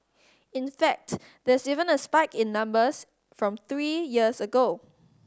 in fact there's even a spike in numbers from three years ago